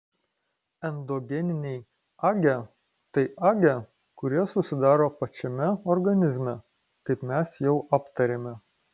endogeniniai age tai age kurie susidaro pačiame organizme kaip mes jau aptarėme